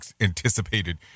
anticipated